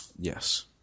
Yes